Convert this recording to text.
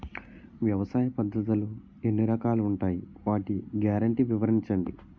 వ్యవసాయ పద్ధతులు ఎన్ని రకాలు ఉంటాయి? వాటి గ్యారంటీ వివరించండి?